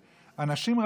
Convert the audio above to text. ועדיין כמו כל בית ישראל,